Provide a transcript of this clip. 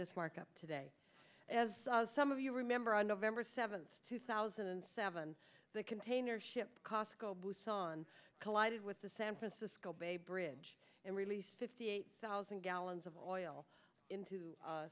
this for up today as some of you remember on november seventh two thousand and seven the container ship cosco busan collided with the san francisco bay bridge and released fifty eight thousand gallons of oil into